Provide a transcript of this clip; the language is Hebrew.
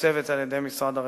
מתוקצבת על-ידי משרד הרווחה.